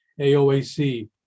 AOAC